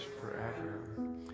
forever